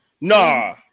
Nah